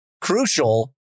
crucial